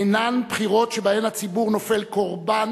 אינן בחירות שבהן הציבור נופל קורבן